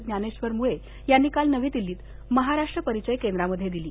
ज्ञानेश्वर मुळे यांनी काल नवी दिल्लीत महाराष्ट्र परिचय केंद्रामध्ये दिली